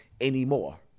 anymore